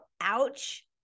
ouch